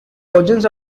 origins